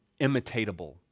imitatable